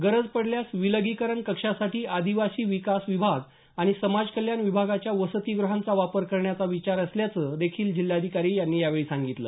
गरज पडल्यास विलगिकरण कक्षासाठी आदिवासी विकास विभाग आणि समाजकल्याण विभागाच्या वसतीगुहाचा वापर करण्याचा विचार असल्याचे देखील जिल्हाधिकारी यांनी यावेळी सांगितलं